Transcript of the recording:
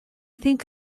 think